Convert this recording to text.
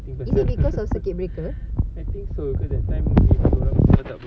I think so cause that time dia orang tak boleh